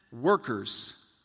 workers